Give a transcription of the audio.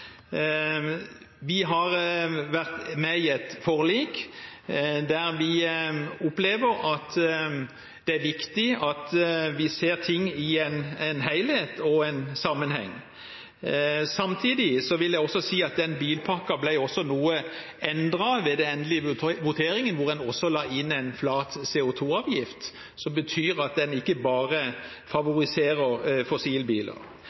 Vi har vært med i et forlik, der vi opplever at det er viktig å se ting i en helhet og en sammenheng. Samtidig vil jeg si at den bilpakken ble noe endret ved den endelige voteringen, hvor en også la inn en flat CO 2 -avgift, som betyr at den ikke bare favoriserer fossilbiler.